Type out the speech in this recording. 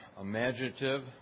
imaginative